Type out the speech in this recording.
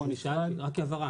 אני שאלתי, רק הבהרה.